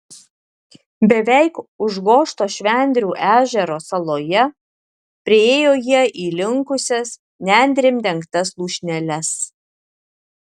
beveik užgožto švendrių ežero saloje priėjo jie įlinkusias nendrėm dengtas lūšneles